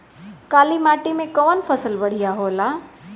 काली माटी मै कवन फसल बढ़िया होला?